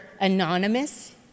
anonymous